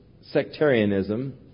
sectarianism